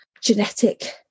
genetic